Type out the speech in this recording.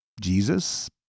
Jesus